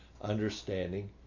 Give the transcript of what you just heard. understanding